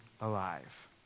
alive